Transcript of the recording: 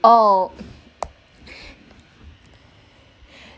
oh